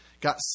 got